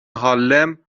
هارلِم